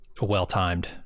well-timed